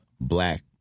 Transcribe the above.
black